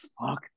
Fuck